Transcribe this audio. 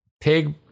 pig